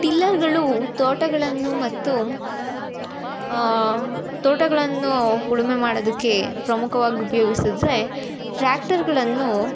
ಟಿಲ್ಲರ್ಗಳು ತೋಟಗಳನ್ನು ಮತ್ತು ತೋಟಗಳನ್ನು ಉಳುಮೆ ಮಾಡೋದಕ್ಕೆ ಪ್ರಮುಖವಾಗಿ ಉಪಯೋಗ್ಸಿದ್ರೆ ಟ್ರ್ಯಾಕ್ಟರ್ಗಳನ್ನು